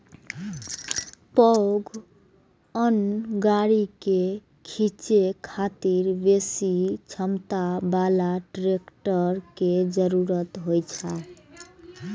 पैघ अन्न गाड़ी कें खींचै खातिर बेसी क्षमता बला ट्रैक्टर के जरूरत होइ छै